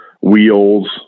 Wheels